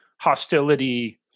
hostility